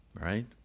Right